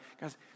guys